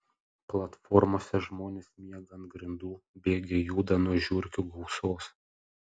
platformose žmonės miega ant grindų bėgiai juda nuo žiurkių gausos